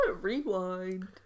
Rewind